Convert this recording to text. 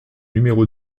numéro